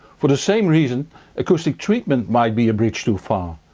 for the same reason acoustic treatment might be a bridge too far.